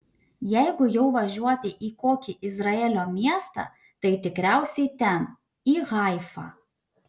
jeigu jau važiuoti į kokį izraelio miestą tai tikriausiai ten į haifą